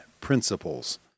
principles